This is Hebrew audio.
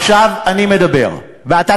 עכשיו אני מדבר ואתה